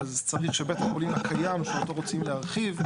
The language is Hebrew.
אז צריך שבית החולים הקיים שאותו רוצים להרחיב,